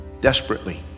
desperately